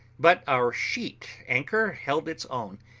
but our sheet-anchor held its own,